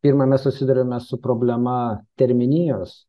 pirma mes susiduriame su problema terminijos